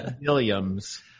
Williams